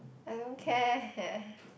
I don't care